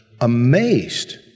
amazed